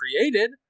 created